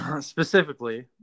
specifically